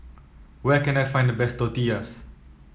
where can I find the best Tortillas